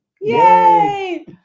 Yay